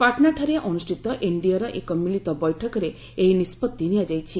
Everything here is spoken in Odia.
ପାଟ୍ନାଠାରେ ଅନୁଷ୍ଠିତ ଏନ୍ଡିଏର ଏକ ମିଳିତ ବୈଠକରେ ଏହି ନିଷ୍ପତି ନିଆଯାଇଛି